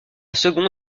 seconde